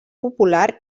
popular